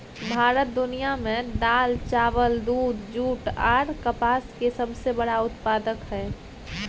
भारत दुनिया में दाल, चावल, दूध, जूट आर कपास के सबसे बड़ा उत्पादक हय